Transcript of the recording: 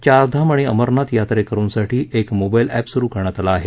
चारधाम आणि अमरनाथ यांत्रकरुंसाठी एक मोबाईल अप्ट सुरू करण्यात आलं आहे